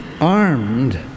armed